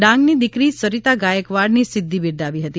ડાંગની દિકરી સરિતા ગાયકવાડની સિધ્ધિ બિરદાવી હતી